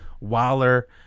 Waller